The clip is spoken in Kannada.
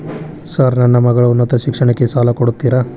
ಸರ್ ನನ್ನ ಮಗಳ ಉನ್ನತ ಶಿಕ್ಷಣಕ್ಕೆ ಸಾಲ ಕೊಡುತ್ತೇರಾ?